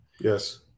Yes